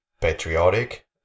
patriotic